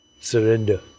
surrender